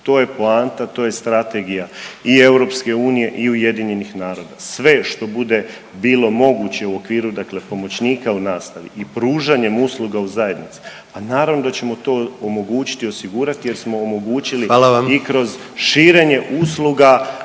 To je poanta, to je strategija i EU i Ujedinjenih naroda. Sve što bude bilo moguće u okviru, dakle pomoćnika u nastavi i pružanjem usluga u zajednici pa naravno da ćemo to omogućiti, osigurati jer smo omogućili … …/Upadica